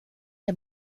der